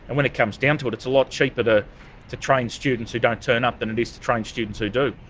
and when it comes down to it it's a lot cheaper to to train students who don't turn up than it is to train students who do.